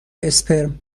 اسپرم